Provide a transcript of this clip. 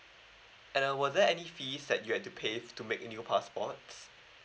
and uh was there any fees that you had to pay to make the new passports